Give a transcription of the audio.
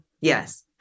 Yes